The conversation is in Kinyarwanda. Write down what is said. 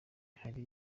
hari